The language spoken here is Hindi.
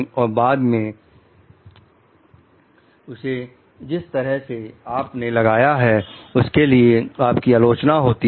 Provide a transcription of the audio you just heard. और बाद में उसे जिस तरह से आप ने लगाया है उसके लिए आपकी आलोचना होती है